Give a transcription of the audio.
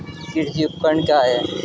कृषि उपकरण क्या है?